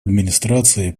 администрация